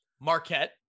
Marquette